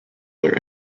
their